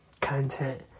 content